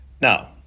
Now